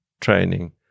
training